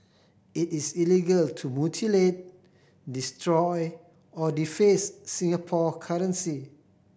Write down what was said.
it is illegal to mutilate destroy or deface Singapore currency